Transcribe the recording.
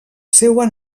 seua